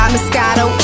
Moscato